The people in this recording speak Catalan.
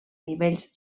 nivells